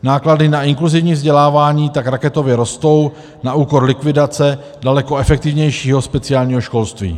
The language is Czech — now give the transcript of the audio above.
Náklady na inkluzivní vzdělávání tak raketově rostou na úkor likvidace daleko efektivnějšího speciálního školství.